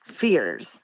fears